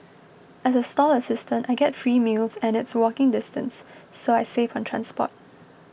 as a stall assistant I get free meals and it's walking distance so I save on transport